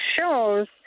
shows